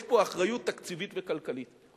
יש פה אחריות תקציבית וכלכלית.